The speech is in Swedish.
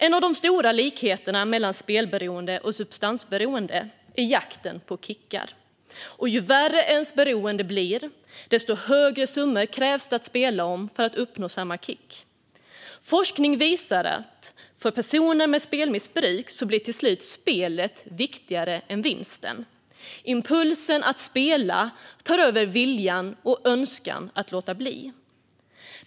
En av de stora likheterna mellan spelberoende och substansberoende är jakten på kickar, och ju värre ens beroende blir, desto högre summor behöver man spela om för att uppnå samma kick. Forskning visar att för personer med spelmissbruk blir till slut spelet viktigare än vinsten. Impulsen att spela tar över viljan och önskan att låta bli.